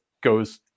goes